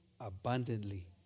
abundantly